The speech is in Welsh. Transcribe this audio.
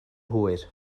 hwyr